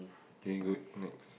drink good next